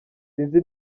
sinzi